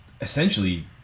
Essentially